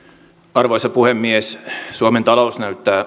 arvoisa puhemies suomen talous näyttää